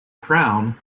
crown